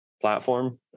platform